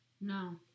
no